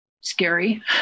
scary